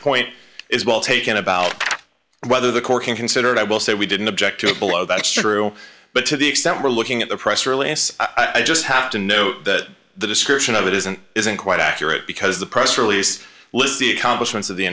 point is well taken about whether the corking considered i will say we didn't object to it below that's true but to the extent we're looking at the press release i just have to note that the description of it isn't isn't quite accurate because the press release lists the accomplishments of the